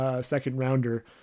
second-rounder